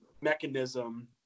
mechanism